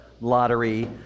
lottery